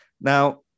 Now